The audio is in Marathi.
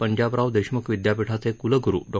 पंजाबराव देशमुख विदयापिठाचे कुलगुरू डॉ